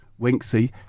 Winksy